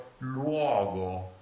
luogo